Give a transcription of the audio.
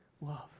love